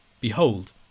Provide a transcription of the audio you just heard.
Behold